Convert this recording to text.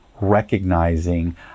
recognizing